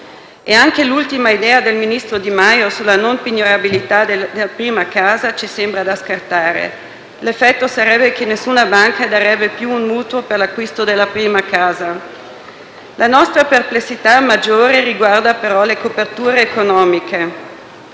E anche l'ultima idea del ministro Di Maio sulla non pignorabilità della prima casa ci sembra da scartare: l'effetto sarebbe che nessuna banca darebbe più un mutuo per l'acquisto della prima casa. La nostra perplessità maggiore riguarda però le coperture economiche: